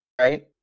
right